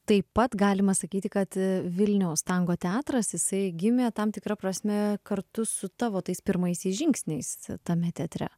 taip pat galima sakyti kad vilniaus tango teatras jisai gimė tam tikra prasme kartu su tavo tais pirmaisiais žingsniais tame teatre